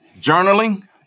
Journaling